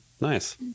Nice